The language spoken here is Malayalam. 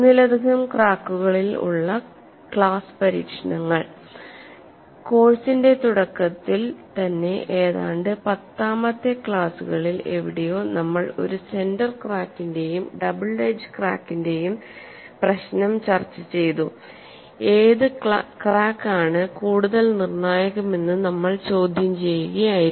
ഒന്നിലധികം ക്രാക്കുകളിൽ ഉള്ള ക്ലാസ് പരീക്ഷണങ്ങൾ കോഴ്സിന്റെ തുടക്കത്തിൽ തന്നെ ഏതാണ്ട് 10മത്തെ ക്ലാസുകളിൽ എവിടെയോ നമ്മൾ ഒരു സെന്റർ ക്രാക്കിന്റെയും ഡബിൾ എഡ്ജ് ക്രാക്കിന്റെയും പ്രശ്നം ചെയ്തു ഏത് ക്രാക്ക് ആണ് കൂടുതൽ നിർണായകമെന്ന് നമ്മൾ ചോദ്യം ചെയ്യുകയായിരുന്നു